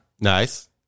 Nice